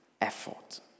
effort